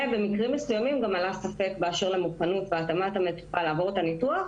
במקרים מסוימים עלה גם ספק באשר למוכנות והתאמת המטופל לעבור את הניתוח,